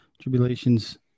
tribulations